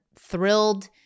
thrilled